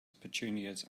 petunias